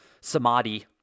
samadhi